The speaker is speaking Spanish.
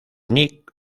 nick